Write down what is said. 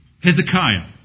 Hezekiah